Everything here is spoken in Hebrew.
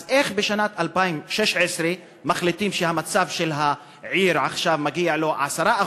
אז איך בשנת 2016 מחליטים שלפי המצב של העיר מגיעים לו עכשיו 10%,